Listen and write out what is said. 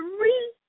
three